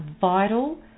vital